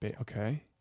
Okay